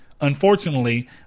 unfortunately